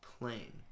plane